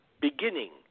beginning